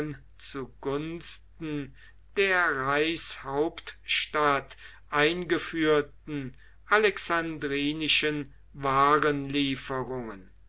zu gunsten der reichshauptstadt eingeführten alexandrinischen